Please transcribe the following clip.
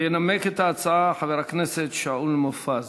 ינמק את ההצעה חבר הכנסת שאול מופז.